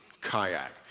kayak